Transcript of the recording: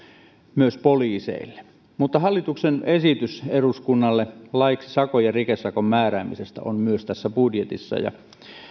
myös poliiseille hallituksen esitys eduskunnalle laiksi sakon ja rikesakon määräämisestä on myös tässä budjetissa ja